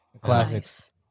Classics